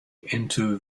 into